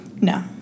No